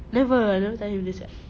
never I never tell him this yet